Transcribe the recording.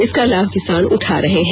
इसका लाभ किसान उठा रहे हैं